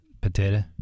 potato